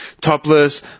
topless